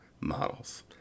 models